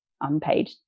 unpaid